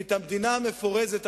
כי את המדינה המפורזת,